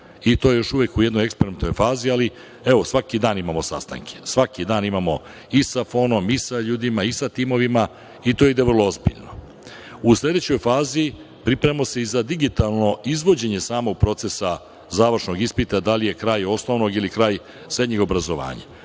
I to je još uvek u jednoj eksperimentalnoj fazi, ali evo, svaki dan imamo sastanke. Svaki dan imamo i sa FON-om i sa ljudima i sa timovima i to ide vrlo ozbiljno.U sledećoj fazi pripremamo se i za digitalno izvođenje samog procesa završnog ispita, da li je kraj osnovnog ili kraj srednjeg obrazovanja.